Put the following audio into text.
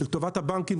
זה לטובת הבנקים,